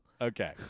Okay